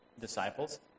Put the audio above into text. disciples